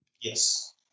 Yes